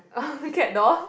cat doll